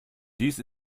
dies